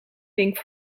pink